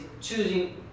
choosing